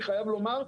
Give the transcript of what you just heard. אני חייב לומר,